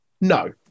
No